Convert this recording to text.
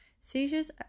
Seizures